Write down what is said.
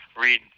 read